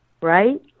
right